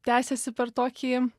tęsiasi per tokį